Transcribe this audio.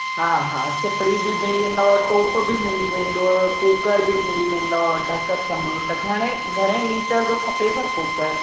हा हा सिपरी बि मिली वेंदव टोप बि मिली वेंदुव कूकर बबि मिली वेंदव ढक समेत घणे घणे लीटर जो खपेव कूकर